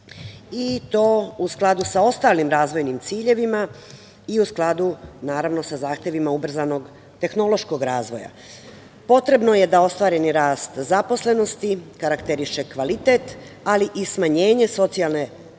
i to u skladu sa ostalim razvojnim ciljevima i u skladu, naravno, sa zahtevima ubrzanog tehnološkog razvoja. Potrebno je da ostvareni rast zaposlenosti karakteriše kvalitet, ali i smanjenje socijalne